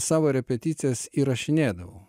savo repeticijas įrašinėdavau